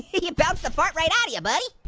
you bounced a fart right out of ya, buddy.